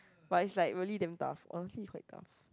but is like really damn tough honestly is quite tough